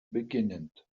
beginnend